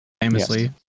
famously